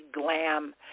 glam